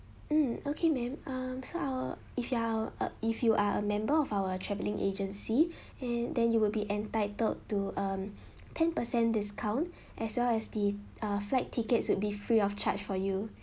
mm okay ma'am um so our if you are uh if you are a member of our travelling agency and then you would be entitled to um ten per cent discount as well as the uh flight tickets would be free of charge for you